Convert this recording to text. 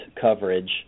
coverage